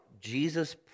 Jesus